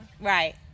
Right